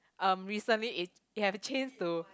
um recently it it have change to